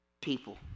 People